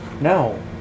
No